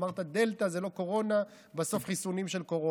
אמרת: דלתא זה לא קורונה, בסוף חיסונים של קורונה.